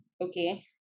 okay